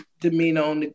demeanor